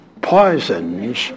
poisons